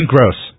Gross